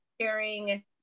sharing